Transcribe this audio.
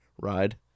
ride